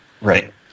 Right